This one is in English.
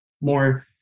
more